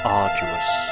arduous